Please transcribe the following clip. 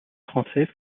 français